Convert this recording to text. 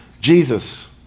Jesus